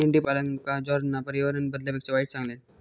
मेंढीपालनका जॉर्जना पर्यावरण बदलापेक्षा वाईट सांगितल्यान